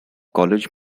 college